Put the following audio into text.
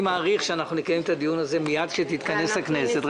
אני מעריך שאנחנו נקיים את הדיון הזה מיד כשתתכנס הכנסת.